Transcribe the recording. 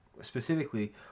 specifically